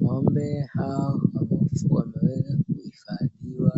Ng'ombe hao wameeza kuhifadhiwa